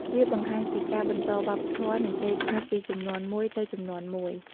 វាបង្ហាញពីការបន្តវប្បធម៌ នឹងកេរ្ត៍ឈ្មោះពីជំនាន់មួយទៅជំនាន់មួយ។